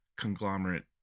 conglomerate